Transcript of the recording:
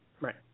Right